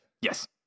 Yes